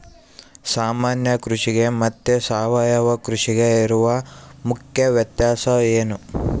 ಸಾಮಾನ್ಯ ಕೃಷಿಗೆ ಮತ್ತೆ ಸಾವಯವ ಕೃಷಿಗೆ ಇರುವ ಮುಖ್ಯ ವ್ಯತ್ಯಾಸ ಏನು?